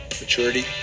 Maturity